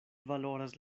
valoras